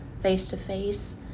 face-to-face